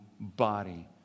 body